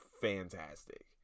fantastic